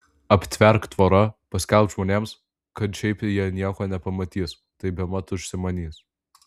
aptverk tvora paskelbk žmonėms kad šiaip jie nieko nepamatys tai bemat užsimanys